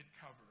cover